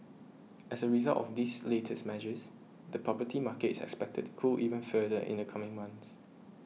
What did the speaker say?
as a result of these latest measures the property market is expected to cool even further in the coming months